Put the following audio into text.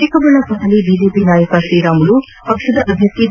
ಚಿಕ್ಕಬಳ್ಳಾಪುರದಲ್ಲಿ ಬಿಜೆಪಿ ನಾಯಕ ತ್ರೀರಾಮುಲು ಪಕ್ಷದ ಅಭ್ಯರ್ಥಿ ಬಿ